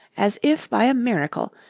as if by a miracle,